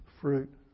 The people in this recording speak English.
fruit